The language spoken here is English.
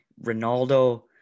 Ronaldo